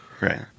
right